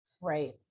right